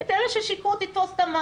את אלה ששיקרו תתפסו.